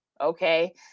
Okay